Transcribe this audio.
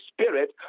spirit